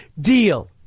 deal